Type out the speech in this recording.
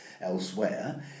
elsewhere